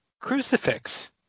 crucifix